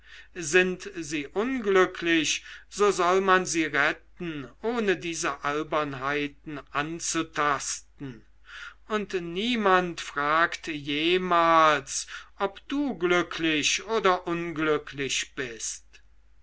sind sie unglücklich so soll man sie retten ohne diese albernheiten anzutasten und niemand fragt jemals ob du glücklich oder unglücklich bist